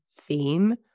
theme